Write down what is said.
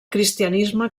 cristianisme